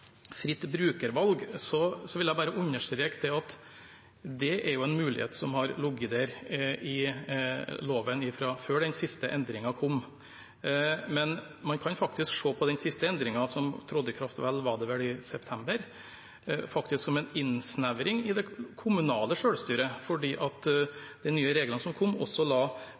fritt brukervalg, vil jeg bare understreke at det er en mulighet som har ligget i loven fra før den siste endringen kom. Men man kan faktisk se på den siste endringen, som vel trådte i kraft i september, som en innsnevring av det kommunale selvstyret, for de nye reglene som kom, la også